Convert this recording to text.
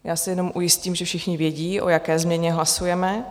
Já se jenom ujistím, že všichni vědí, o jaké změně hlasujeme.